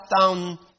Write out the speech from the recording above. down